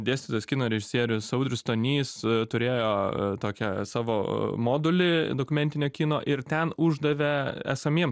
dėstytojas kino režisierius audrius stonys turėjo tokią savo modulį dokumentinio kino ir ten uždavė esamiem